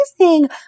amazing